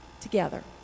together